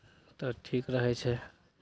तऽ ठीक रहै छै